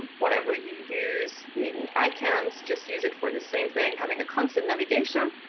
um whatever you use, being it icons, just use it for the same thing, having a constant navigation.